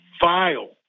vile